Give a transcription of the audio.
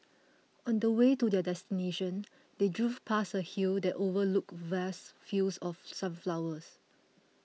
on the way to their destination they drove past a hill that overlooked vast fields of sunflowers